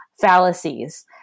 fallacies